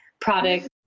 product